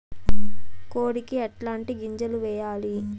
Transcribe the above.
కోడికి ఎట్లాంటి గింజలు వేయాలి?